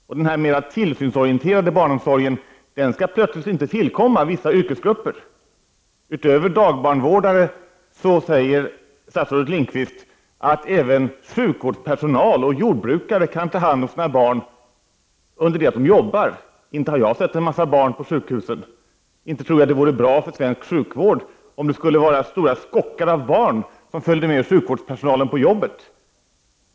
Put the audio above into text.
Och denna mer tillsynsorienterade barnomsorg skall plötsligt inte tillkomma vissa yrkesgrupper. Utöver dagbarnvårdare skall, enligt Bengt Lindqvist, även sjukhuspersonal och jordbrukare kunna ta hand om sina barn när de arbetar. Jag har inte sett en mängd barn på sjukhusen. Inte tror jag att det vore bra för svensk sjukvård om stora skockar av barn skulle följa med sjukvårdspersonalen till jobbet.